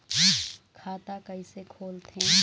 खाता कइसे खोलथें?